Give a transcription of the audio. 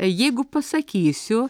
jeigu pasakysiu